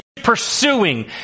pursuing